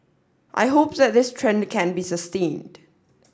I hope that this trend can be sustained